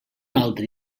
altre